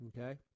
Okay